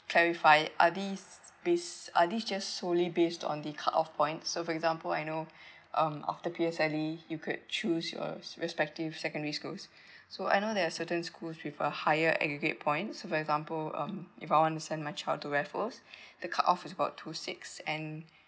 clarify are these based are these just solely based on the cut off point so for example I know um of P_S_L_E you could choose your respective secondary schools so I know there're certain schools with a higher aggregate point so for example um if I want to send my child to raffles the cut off is about two six and